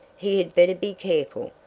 he had better be careful.